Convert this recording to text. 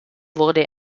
wurde